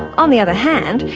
on the other hand,